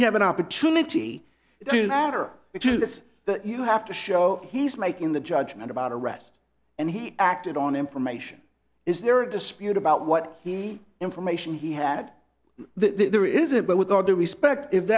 have an opportunity to matter to this that you have to show he's making the judgment about a rest and he acted on information is there a dispute about what he information he had there isn't but with all due respect if